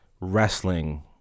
wrestling